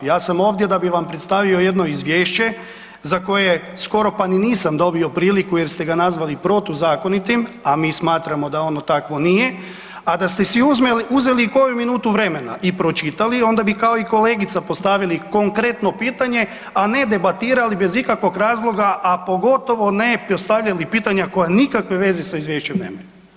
Ja sam ovdje da bi vam predstavio jedno izvješće za koje skoro pa ni nisam dobio priliku jer ste ga nazvali protuzakonitim, a mi smatramo da ono takvo nije, a da ste si uzeli koju minutu vremena i pročitali onda bi kao i kolegica postavili konkretno pitanje, a ne debatirali bez ikakvog razloga, a pogotovo ne postavljali pitanja koja nikakve veze sa izvješćem nemaju.